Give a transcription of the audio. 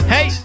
Hey